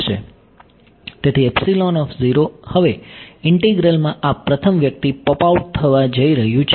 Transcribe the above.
તેથી હવે ઇન્ટિગ્રલમાં આ પ્રથમ વ્યક્તિ પોપ આઉટ થવા જઈ રહ્યો છે